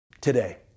today